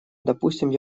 допустим